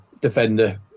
defender